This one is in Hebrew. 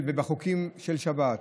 ובחוקים של שבת.